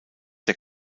der